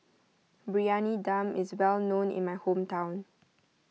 Briyani Dum is well known in my hometown